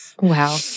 Wow